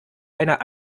einer